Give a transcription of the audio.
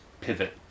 pivot